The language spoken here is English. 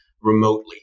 remotely